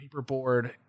paperboard